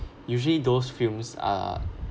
usually those films are